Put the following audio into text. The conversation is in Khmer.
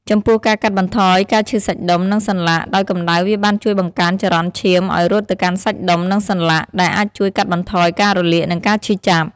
ចំពោះការកាត់បន្ថយការឈឺសាច់ដុំ និងសន្លាក់ ដោយកម្ដៅវាបានជួយបង្កើនចរន្តឈាមឲ្យរត់ទៅកាន់សាច់ដុំ និងសន្លាក់ ដែលអាចជួយកាត់បន្ថយការរលាក និងការឈឺចាប់។